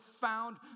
found